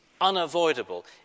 unavoidable